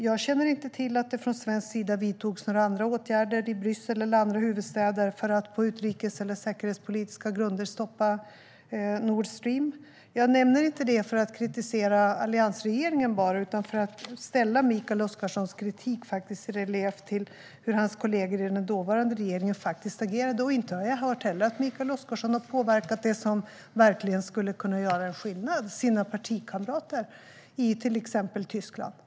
Jag känner inte till att det från svensk sida vidtogs några andra åtgärder i Bryssel eller andra huvudstäder för att på utrikes eller säkerhetspolitiska grunder stoppa Nord Stream. Jag nämner inte detta bara för att kritisera alliansregeringen utan för att ställa Mikael Oscarssons kritik i relief till hur hans kollegor i den dåvarande regeringen faktiskt agerade. Jag har heller inte hört att Mikael Oscarsson har påverkat dem som verkligen skulle kunna göra skillnad, nämligen hans partikamrater i exempelvis Tyskland.